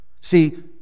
See